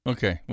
Okay